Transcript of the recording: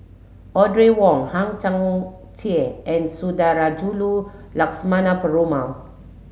Audrey Wong Hang Chang Chieh and Sundarajulu Lakshmana Perumal